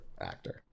actor